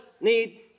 need